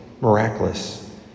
miraculous